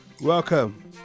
Welcome